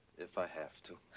if i have to.